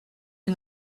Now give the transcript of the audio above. que